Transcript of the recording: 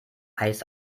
eis